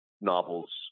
novels